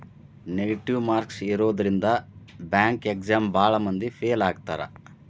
negative marks ಇರೋದ್ರಿಂದ bank exam ಭಾಳ್ ಮಂದಿ ಫೇಲ್ ಆಗ್ತಾರಾ